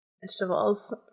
vegetables